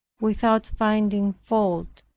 without finding fault,